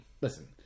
Listen